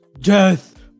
Death